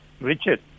Richard